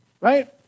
Right